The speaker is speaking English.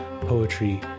poetry